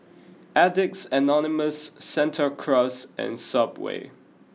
addicts Anonymous Santa Cruz and subway